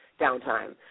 downtime